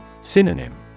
Synonym